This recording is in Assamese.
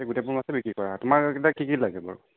এই গোটেইবোৰ মাছেই বিক্ৰী কৰা তোমাক এতিয়া কি কি লাগে বাৰু